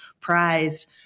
prized